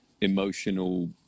emotional